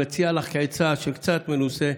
כאחד שקצת מנוסה,